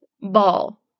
ball